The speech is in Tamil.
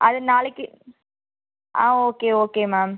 அது நாளைக்கு ஆ ஓகே ஓகே மேம்